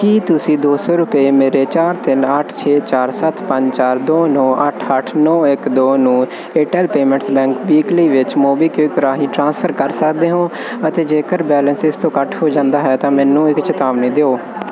ਕੀ ਤੁਸੀਂਂ ਦੋ ਸੌ ਰੁਪਏ ਮੇਰੇ ਚਾਰ ਤਿੰਨ ਅੱਠ ਛੇ ਚਾਰ ਸੱਤ ਪੰਜ ਚਾਰ ਦੋ ਨੌਂ ਅੱਠ ਅੱਠ ਨੌਂ ਇੱਕ ਦੋ ਨੂੰ ਏਅਰਟੈੱਲ ਪੇਮੈਂਟਸ ਬੈਂਕ ਵੀਕਲੀ ਵਿੱਚ ਮੋਬੀਕਵਿਕ ਰਾਹੀਂ ਟ੍ਰਾਂਸਫਰ ਕਰ ਸਕਦੇ ਹੋ ਅਤੇ ਜੇਕਰ ਬੈਲੇਂਸ ਇਸ ਤੋਂ ਘੱਟ ਜਾਂਦਾ ਹੈ ਤਾਂ ਮੈਨੂੰ ਇੱਕ ਚੇਤਾਵਨੀ ਦਿਓ